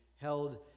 held